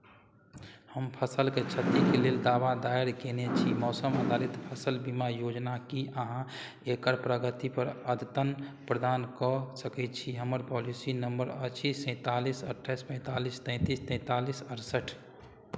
हम फसलके क्षतिके लेल दावा दायर कयने छी मौसम आधारित फसल बीमा योजना की अहाँ एकर प्रगतिपर अद्यतन प्रदान कऽ सकैत छी हमर पॉलिसी नम्बर अछि सैंतालिस अठाइस पैंतालिस तैंतीस तैंतालिस अड़सठि